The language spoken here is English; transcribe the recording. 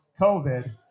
COVID